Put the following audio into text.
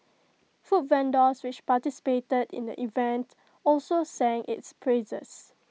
food vendors which participated in the event also sang its praises